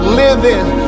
living